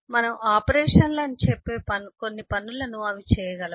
మనము ఆపరేషన్లు అని చెప్పే కొన్ని పనులను అవి చేయగలవు